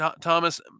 Thomas